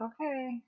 okay